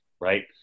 right